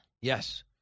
Yes